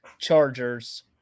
Chargers